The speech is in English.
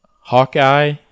Hawkeye